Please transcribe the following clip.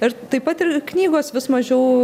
ir taip pat ir knygos vis mažiau